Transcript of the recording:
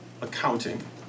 accounting